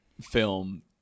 film